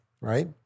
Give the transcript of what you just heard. right